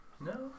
No